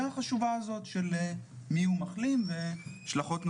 החשובה הזאת של מי הוא מחלים והשלכות נוספות.